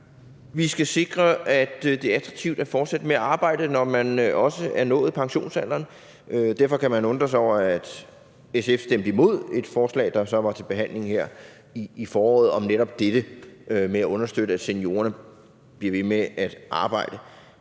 vi skal sikre, at det er attraktivt at fortsætte med at arbejde, også når man er nået pensionsalderen. Derfor kan man undre sig over, at SF stemte imod et forslag, der så var til behandling her i foråret, om netop dette med at understøtte, at seniorerne bliver ved med at arbejde.